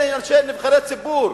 אלה נבחרי ציבור.